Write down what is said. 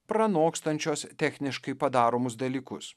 pranokstančios techniškai padaromus dalykus